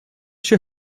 się